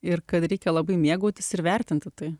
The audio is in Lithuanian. ir kad reikia labai mėgautis ir vertinti tai